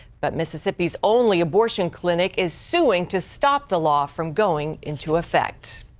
but mississippi's only abortion clinic is suing to stop the law from going into affect.